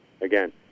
again